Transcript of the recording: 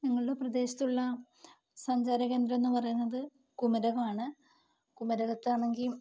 ഞങ്ങളുടെ പ്രദേശത്തുള്ള സഞ്ചാര കേന്ദ്രം എന്ന് പറയുന്നത് കുമരകം ആണ് കുമരകത്ത് ആണെങ്കിൽ